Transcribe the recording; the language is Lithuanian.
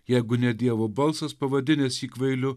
jeigu ne dievo balsas pavadinęs jį kvailiu